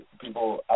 people